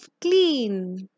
clean